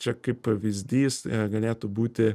čia kaip pavyzdys galėtų būti